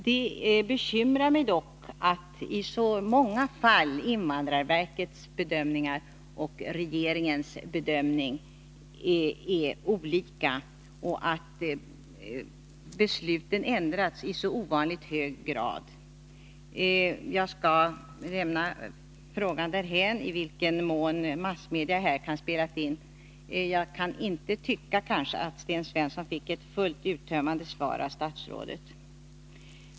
Det bekymrar mig dock att invandrarverkets bedömning och regeringens i så många fall är olika och att besluten i så ovanligt hög grad ändrats. Jag skall lämna frågan därhän i vilken mån massmedia här kan ha spelat in. Men jag kan inte tycka att Sten Svensson fick ett helt uttömmande svar av statsrådet.